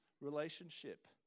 relationship